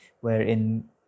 wherein